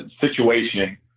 situation